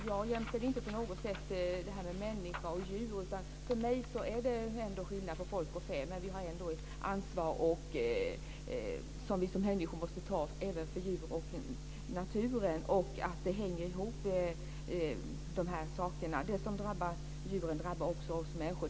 Jag jämställer inte på något sätt människor och djur, utan för mig är det ändå skillnad på folk och fä. Men vi har ändå ett ansvar som vi som människor måste ta även för djur och natur. Dessa saker hänger ihop. Det som drabbar djuren drabbar också oss människor.